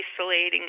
isolating